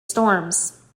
storms